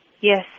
yes